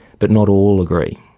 but not all agree.